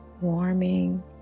warming